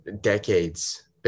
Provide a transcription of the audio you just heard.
decades